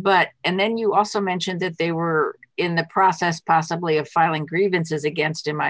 but and then you also mentioned that they were in the process possibly of filing grievances against him i